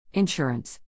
Insurance